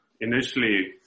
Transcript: initially